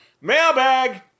Mailbag